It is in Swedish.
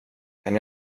kan